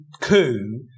coup